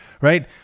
right